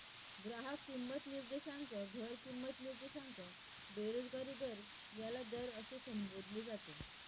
ग्राहक किंमत निर्देशांक, घर किंमत निर्देशांक, बेरोजगारी दर याला दर असे संबोधले जाते